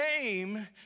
name